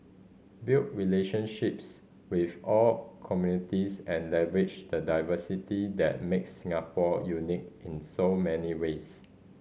build relationships with all communities and leverage the diversity that makes Singapore unique in so many ways